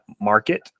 market